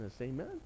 Amen